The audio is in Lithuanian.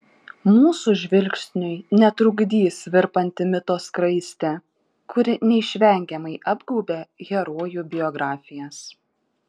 mūsų žvilgsniui netrukdys virpanti mito skraistė kuri neišvengiamai apgaubia herojų biografijas